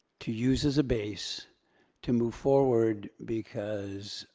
to use as a base to move forward, because,